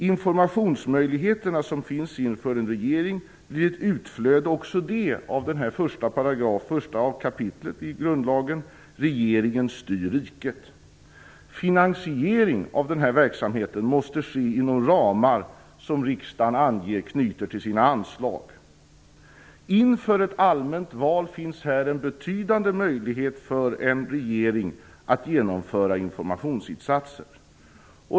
De informationsmöjligheter som finns för en regering blir ett utflöde också det av det första kapitlet i grundlagen; regeringen styr riket. Finansiering av verksamheten måste ske inom ramar som riksdagen anger, knutet till sina anslag. Inför ett allmänt val finns här en betydande möjlighet för en regering att genomföra informationsinsatser.